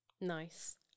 Nice